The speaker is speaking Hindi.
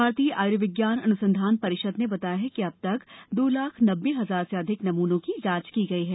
भारतीय आय्र्विज्ञान अन्संधान परिषद ने बताया कि अब तक दो लाख नब्बे हजार से अधिक नमुनों की जांच की गई है